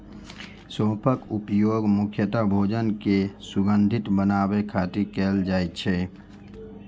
सौंफक उपयोग मुख्यतः भोजन कें सुगंधित बनाबै खातिर कैल जाइ छै